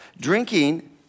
Drinking